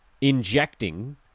injecting